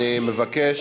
אני מבקש,